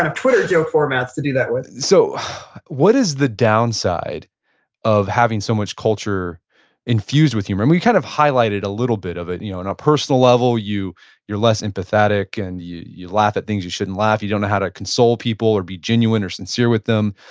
twitter joke formats to do that with so what is the downside of having so much culture infused with humor. and you kind of highlight it a little bit of it. you know and a personal level you're less empathetic and you you laugh at things you shouldn't laugh, you don't know how to console people or be genuine or sincere with them.